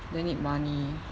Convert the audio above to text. then need money